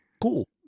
Cool